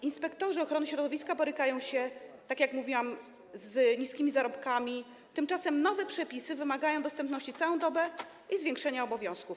Inspektorzy ochrony środowiska borykają się, tak jak mówiłam, z niskimi zarobkami, tymczasem nowe przepisy wymagają dostępności całą dobę i zwiększenia obowiązków.